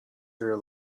their